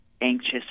anxious